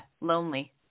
lonely